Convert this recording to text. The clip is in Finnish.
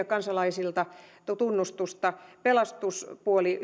kansalaisista tunnustusta pelastuspuoli